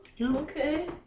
Okay